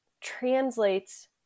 translates